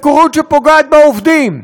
הפקרות שפוגעת בעובדים.